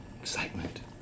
excitement